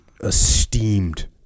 esteemed